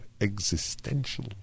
Existential